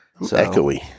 echoey